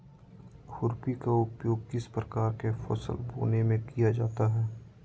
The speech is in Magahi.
खुरपी का उपयोग किस प्रकार के फसल बोने में किया जाता है?